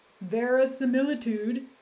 verisimilitude